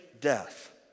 death